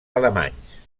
alemanys